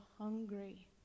hungry